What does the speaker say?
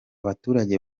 baturage